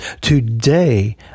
Today